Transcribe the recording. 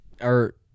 or-